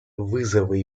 вызовы